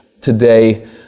today